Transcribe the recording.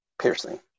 Piercing